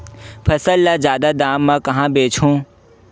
फसल ल जादा दाम म कहां बेचहु?